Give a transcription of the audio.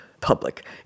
public